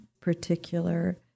particular